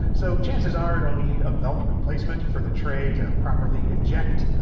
so chances are it'll need a belt replacement for the tray to properly eject.